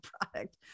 product